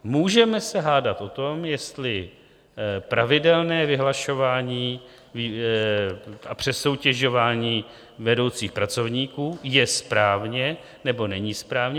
Můžeme se hádat o tom, jestli pravidelné vyhlašování a přesoutěžování vedoucích pracovníků je správně nebo není správně.